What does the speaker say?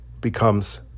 becomes